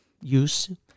use